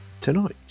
tonight